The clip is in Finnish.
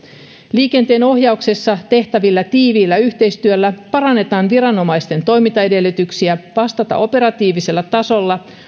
liikenteenohjauksessa tehtävällä tiiviillä yhteistyöllä parannetaan viranomaisten toimintaedellytyksiä vastata operatiivisella tasolla